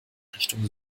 richtung